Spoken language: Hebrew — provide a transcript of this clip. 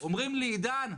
אומרים לי, עידן,